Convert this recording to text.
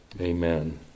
Amen